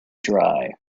dry